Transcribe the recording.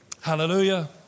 Hallelujah